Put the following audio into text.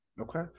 Okay